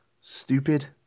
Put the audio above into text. stupid